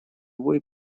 вой